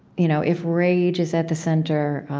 you know if rage is at the center,